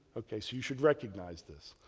ok. so you should recognize this.